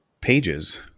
pages